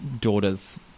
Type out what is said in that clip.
daughter's